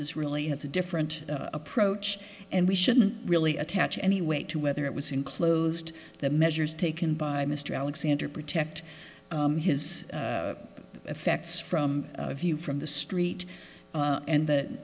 is really has a different approach and we shouldn't really attach any weight to whether it was enclosed the measures taken by mr alexander protect his affects from view from the street and the